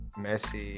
Messi